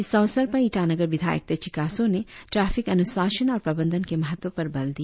इस अवसर पर ईटानगर विधायक तेची कासो ने ट्रैफिक अनुशासन और प्रबंधन के महत्व पर बल दिया